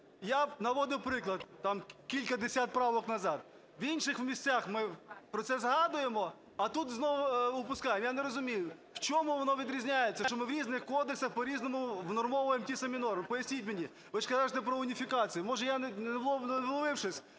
Я наводив приклад там кілька десятків правок назад. В інших місцях ми про це згадуємо, а тут упускаємо. Я не розумію, в чому воно відрізняється, що ми в різних кодексах по-різному внормовуємо ті самі норми. Поясніть мені. Ви ж кажете про уніфікацію. Може, я не вловив щось?